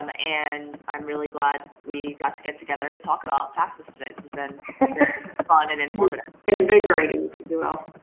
um and i'm really glad we got to get together to talk about taxes today. it's it's been fun and informative. invigorating, if you will.